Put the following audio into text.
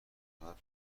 میکند